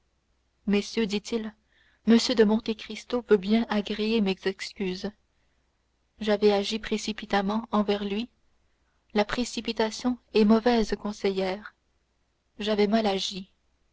messieurs dit-il monsieur de monte cristo veut bien agréer mes excuses j'avais agi précipitamment envers lui la précipitation est mauvaise conseillère j'avais mal agi